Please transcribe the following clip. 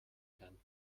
kann